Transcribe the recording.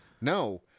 No